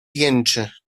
jęczy